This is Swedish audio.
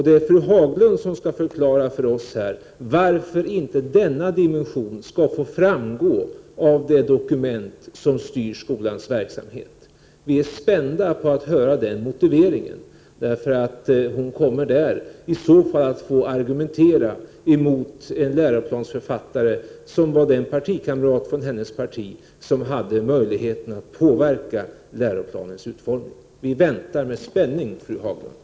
Det är fru Haglund som skall förklara för oss varför inte denna dimension skall få framgå av det dokument som styr skolans verksamhet. Vi är spända på att höra motiveringen till detta. Ann-Cathrine Haglund får argumentera mot en läroplansförfattare som var den partikamrat till henne som hade möjlighet att påverka läroplanens utformning. Vi väntar alltså med spänning, fru Haglund.